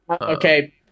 Okay